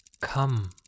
come